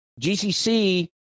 GCC